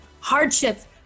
hardships